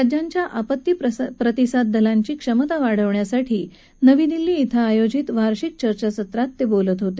राज्यांच्या आपत्ती प्रतिसाद दलांची क्षमता वाढवण्यासाठी नवी दिल्ली कें आयोजित वार्षिक चर्चासत्रात ते बोलत होते